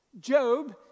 Job